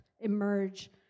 emerge